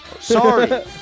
Sorry